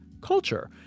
culture